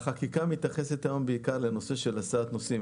החקיקה מתייחסת היום בעיקר לנושא של הסעת נוסעים,